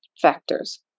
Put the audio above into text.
factors